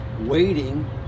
Waiting